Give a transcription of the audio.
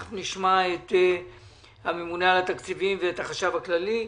תיכף נשמע את הממונה על התקציבים ואת החשב הכללי.